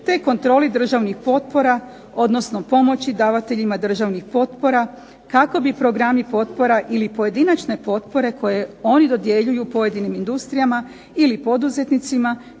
te kontroli državnih potpora, odnosno pomoći davateljima državnih potpora kako bi programi potpora ili pojedinačne potpore koje oni dodjeljuju pojedinim industrijama ili poduzetnicima